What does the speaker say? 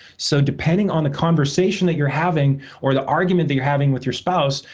so, depending on the conversation that you're having or the argument that you're having with your spouse,